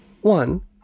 One